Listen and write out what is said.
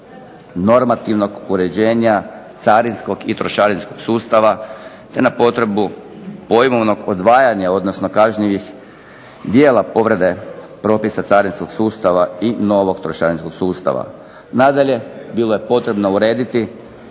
uređenja carinskog i trošarinskog sustava te na potrebu pojmovnog odvajanja odnosno kažnjivih djela povrede propisa carinskog sustava i novog trošarinskog sustava. Nadalje, bilo je potrebno urediti